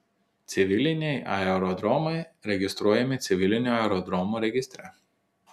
civiliniai aerodromai registruojami civilinių aerodromų registre